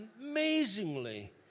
amazingly